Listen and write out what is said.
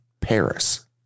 Paris